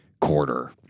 quarter